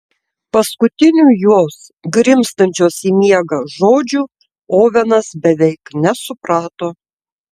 paskutinių jos grimztančios į miegą žodžių ovenas beveik nesuprato